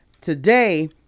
Today